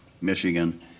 Michigan